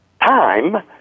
time